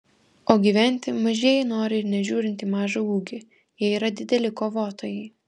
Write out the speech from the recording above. o gyventi mažieji nori ir nežiūrint į mažą ūgį jie yra dideli kovotojai